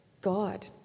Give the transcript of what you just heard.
God